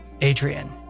Adrian